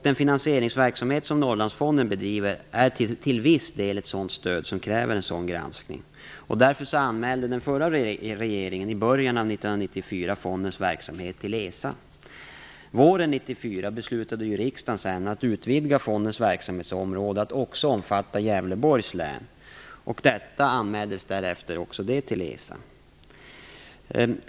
Den finansieringsverksamhet som Norrlandsfonden bedriver är till viss del ett stöd som kräver en sådan granskning. Därför anmälde förra regeringen i början av 1994 fondens verksamhet till ESA. Våren 1994 beslutade riksdagen sedan bl.a. att fondens verksamhetsområde skulle utvidgas till Gävleborgs län. Också detta anmäldes därefter till ESA.